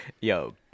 Yo